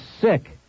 sick